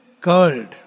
curled